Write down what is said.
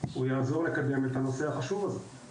יעזור לקדם את הנושא החשוב הזה.